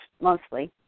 mostly